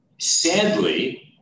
Sadly